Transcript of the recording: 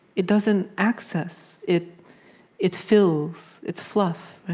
it doesn't access. it it fills. it's fluff.